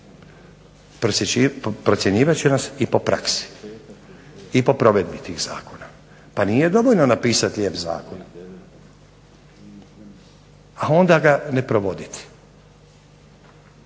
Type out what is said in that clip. procjenjivati će nas po praksi i po provedbi tih zakona. Pa nije dovoljno napisati lijep Zakon a onda ga ne provoditi.